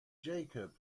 jacob